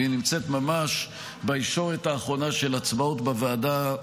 והיא נמצאת ממש בישורת האחרונה של ההצבעות בוועדה,